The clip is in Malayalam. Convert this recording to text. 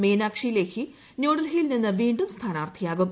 മീനാക്ഷി ലേഖി ന്യൂഡൽഹിയിൽ നിന്ന് വീണ്ടും സ്ഥാനാർത്ഥിയാകും